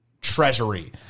treasury